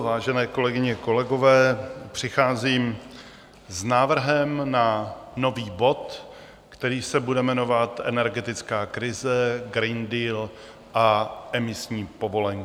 Vážené kolegyně, kolegové, přicházím s návrhem na nový bod, který se bude jmenovat Energetická krize, Green Deal a emisní povolenky.